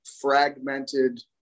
fragmented